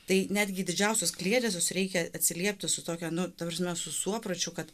tai netgi didžiausius kliedesius reikia atsiliepti su tokia nu ta prasme su suopročiu kad